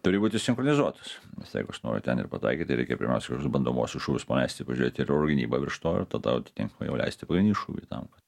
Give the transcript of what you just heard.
turi būti sinchronizuotos nes jeigu aš noriu ten ir pataikyt tai reikia pirmiausia už bandomuosius šūvius paleisti pažiūrėti ir oro gynybą virš to ir tada jau atitinkamai jau leisti pagrindinį šūvį tam kad